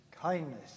kindness